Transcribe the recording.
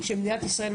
שבמדינת ישראל,